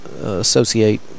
associate